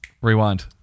rewind